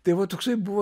tai va toksai buvo